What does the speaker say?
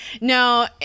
No